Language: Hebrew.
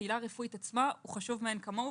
לקהילה הרפואית עצמה, הוא חשוב מאין כמוהו.